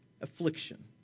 affliction